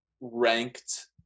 ranked